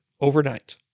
overnight